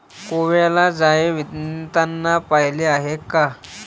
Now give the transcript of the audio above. कोळ्याला जाळे विणताना पाहिले आहे का?